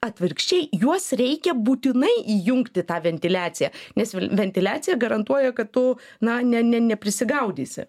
atvirkščiai juos reikia būtinai įjungti tą ventiliaciją nes ventiliacija garantuoja kad tu na ne ne ne neprisigaudysi